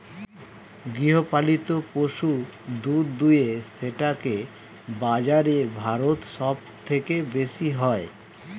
গৃহপালিত পশু দুধ দুয়ে সেটাকে বাজারে ভারত সব থেকে বেশি হয়